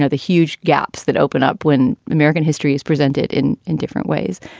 ah the huge gaps that opened up when american history is presented in in different ways.